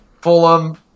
Fulham